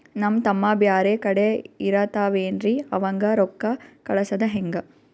ನಮ್ ತಮ್ಮ ಬ್ಯಾರೆ ಕಡೆ ಇರತಾವೇನ್ರಿ ಅವಂಗ ರೋಕ್ಕ ಕಳಸದ ಹೆಂಗ?